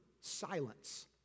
Silence